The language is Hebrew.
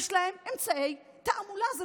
יש להם אמצעי תעמולה בטירוף,